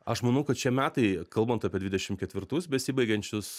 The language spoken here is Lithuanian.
aš manau kad šie metai kalbant apie dvidešim ketvirtus besibaigiančius